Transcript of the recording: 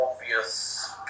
obvious